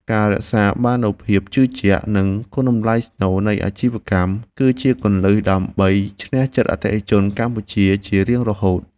ការរក្សាបាននូវភាពជឿជាក់ និងគុណតម្លៃស្នូលនៃអាជីវកម្ម គឺជាគន្លឹះដើម្បីឈ្នះចិត្តអតិថិជនកម្ពុជាជារៀងរហូត។